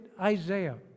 Isaiah